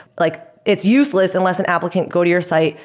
like it's useless unless an applicant go to your site,